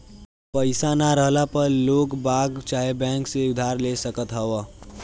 पईसा ना रहला पअ लोगबाग चाहे बैंक से उधार ले सकत हवअ